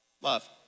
Love